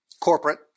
corporate